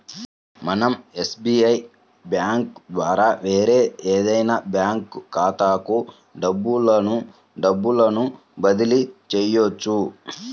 మనం SBI bank ద్వారా వేరే ఏదైనా బ్యాంక్ ఖాతాలకు డబ్బును డబ్బును బదిలీ చెయ్యొచ్చు